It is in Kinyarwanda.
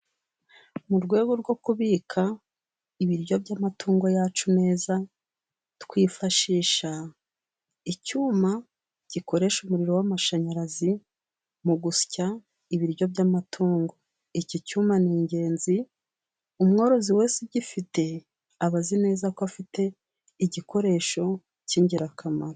Mu rwego rwo kubika, ibiryo by'amatungo yacu neza, twifashisha icyuma gikoresha umuriro w'amashanyarazi, mu gusya ibiryo by'amatungo, iki cyuma n'ingenzi umworozi wese ugifite abazineza ko afite, igikoresho cy'ingirakamaro.